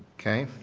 okay.